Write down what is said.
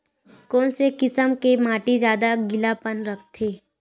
कोन से किसम के माटी ज्यादा गीलापन रोकथे?